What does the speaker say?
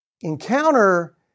Encounter